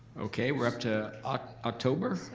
okay, we're up to october.